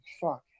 Fuck